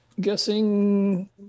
guessing